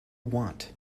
want